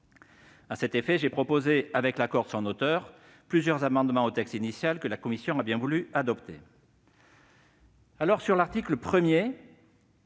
À cet effet, j'ai proposé, avec l'accord de son auteur, plusieurs amendements au texte initial que la commission a bien voulu adopter. L'article 1